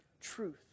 Truth